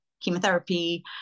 chemotherapy